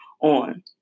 on